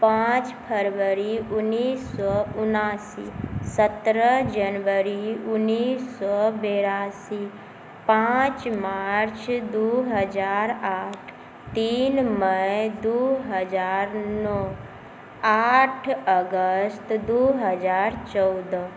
पाँच फरवरी उनैस सओ उनासी सतरह जनवरी उनैस सओ बेरासी पाँच मार्च दू हजार आठ तीन मइ दू हजार नओ आठ अगस्त दू हजार चौदह